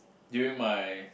during my